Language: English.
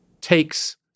takes